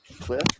Cliff